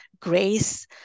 Grace